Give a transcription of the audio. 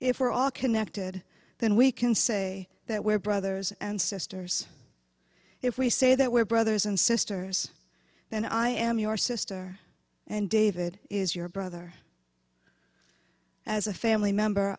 if we're all connected then we can say that we're brothers and sisters if we say that we're brothers and sisters then i am your sister and david is your brother as a family member